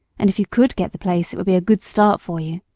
and if you could get the place it would be a good start for you.